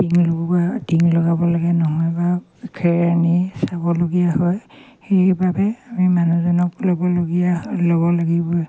টিং লগোৱা টিং লগাবলগীয়া নহয় বা খেৰ আনি চাবলগীয়া হয় সেইবাবে আমি মানুহজনক ল'বলগীয়া ল'ব লাগিবই